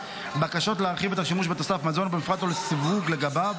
בקשות להרחיב את השימוש בתוסף מזון או במפרט או סיווג לגביו,